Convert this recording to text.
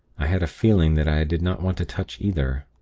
i had a feeling that i did not want to touch either.